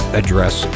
address